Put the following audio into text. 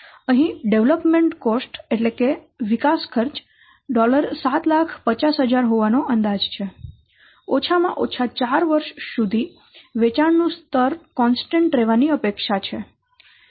અહીં વિકાસ ખર્ચ 750000 હોવાનો અંદાજ છે ઓછામાં ઓછા 4 વર્ષ સુધી વેચાણનું સ્તર કોન્સ્ટન્ટ રહેવાની અપેક્ષા છે